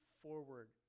forward